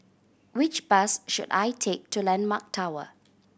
which bus should I take to Landmark Tower